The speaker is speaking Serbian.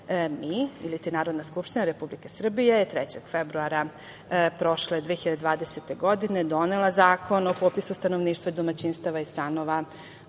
godine. Narodna skupština Republike Srbije je 3. februara 2020. godine, donela Zakon o popisu stanovništva, domaćinstava i stanova